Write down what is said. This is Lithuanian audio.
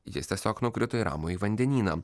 jis tiesiog nukrito į ramųjį vandenyną